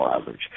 average